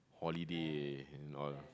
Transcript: holiday loh